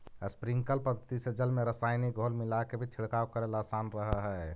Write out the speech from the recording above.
sprinkler पद्धति से जल में रसायनिक घोल मिलाके भी छिड़काव करेला आसान रहऽ हइ